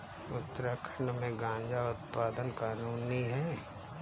उत्तराखंड में गांजा उत्पादन कानूनी है